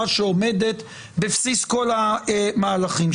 יואב ביקש לפני ההצבעה.